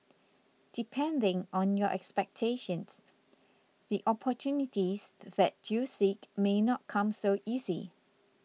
depending on your expectations the opportunities that you seek may not come so easy